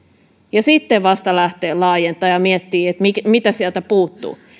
ja sitten vasta lähteä laajentamaan ja miettimään mitä sieltä puuttuu